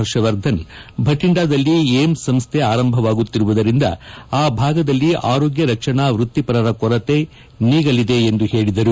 ಹರ್ಷವರ್ಧನ್ ಭಟಂಡಾದಲ್ಲಿ ಏಮ್ಸ್ ಸಂಸ್ಥೆ ಆರಂಭವಾಗುತ್ತಿರುವುದರಿಂದ ಆ ಭಾಗದಲ್ಲಿ ಆರೋಗ್ಯ ರಕ್ಷಣಾ ವೃತ್ತಿಪರರ ಕೊರತೆ ನೀಗಲಿದೆ ಎಂದು ಹೇಳಿದರು